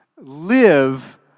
live